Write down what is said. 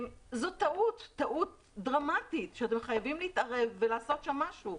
זאת טעות דרמטית שאתם חייבים להתערב ולעשות שם משהו.